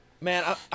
Man